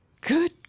Good